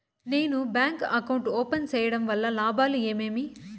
నేను bank account open సేయడం వల్ల లాభాలు ఏమేమి?